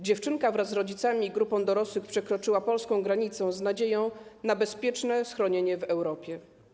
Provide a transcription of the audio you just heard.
Dziewczynka wraz z rodzicami i grupą dorosłych przekroczyła polską granicę z nadzieją na bezpieczne schronienie w Europie.